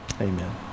amen